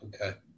okay